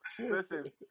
Listen